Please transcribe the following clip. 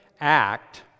act